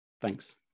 Thanks